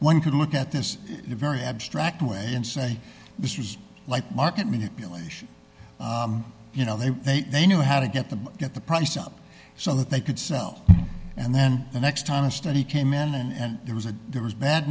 one could look at this very abstract way and say this is like market manipulation you know they they they knew how to get the get the price up so that they could sell and then the next time a study came in and there was a there was